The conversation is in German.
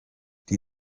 die